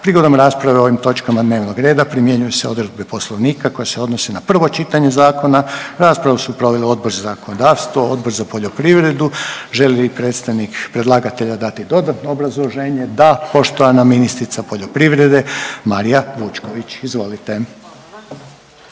Prigodom rasprave o ovim točkama dnevnog reda primjenjuju se odredbe poslovnika koje se odnose na prvo čitanje zakona. Raspravu su proveli Odbor za zakonodavstvo i Odbor za poljoprivredu. Želi li predstavnik predlagatelja dati dodatno obrazloženje? Da. Poštovana ministrica poljoprivrede Marija Vučković, izvolite.